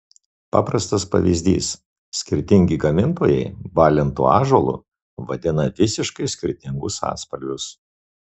paprastas pavyzdys skirtingi gamintojai balintu ąžuolu vadina visiškai skirtingus atspalvius